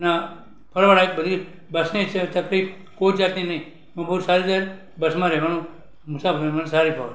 ને ફરવા લાયક બધી બસની છે તકલીફ કોઈ જાતની નહીં હું બહુ સારી રીતે બસમાં રહેવાનું મુસાફરી મને સારી ફાવે